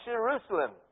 Jerusalem